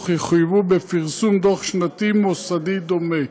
יחויבו בפרסום דוח שנתי מוסדי דומה.